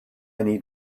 need